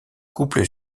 couple